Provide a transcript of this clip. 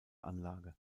anlage